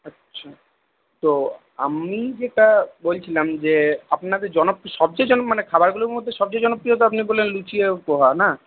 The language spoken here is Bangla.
আচ্ছা তো আমি যেটা বলছিলাম যে আপনাদের জনপ্রিয় সবচেয়ে জনপ্রিয় মানে খাবারগুলোর মধ্যে সবচেয়ে জনপ্রিয় তো আপনি বললেন লুচি আর পোহা না